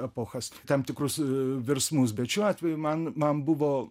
epochas tam tikrus virsmus bet šiuo atveju man man buvo